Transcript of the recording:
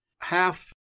Half